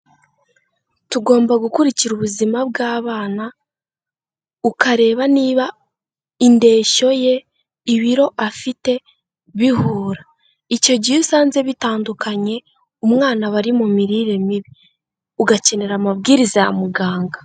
Tugomba gukurikira ubuzima bw'abana, ukareba niba indeshyo ye, ibiro afite bihura. Icyo gihe iyo usanze bitandukanye, umwana aba ari mu mirire mibi. Ugakenera amabwiriza ya muganga.